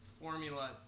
formula